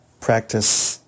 practice